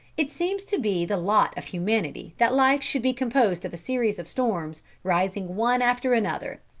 it seems to be the lot of humanity that life should be composed of a series of storms, rising one after another.